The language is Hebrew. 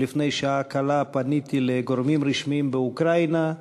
שלפני שעה קלה פניתי לגורמים רשמיים באוקראינה,